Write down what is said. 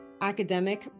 academic